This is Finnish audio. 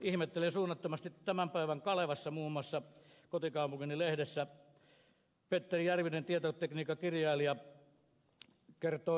ihmettelen suunnattomasti kun tämän päivän kalevassa muun muassa kotikaupunkini lehdessä petteri järvinen tietotekniikkakirjailija kertoo näin